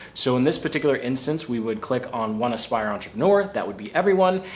so in this particular instance, we would click on one aspire entrepreneur. that would be everyone.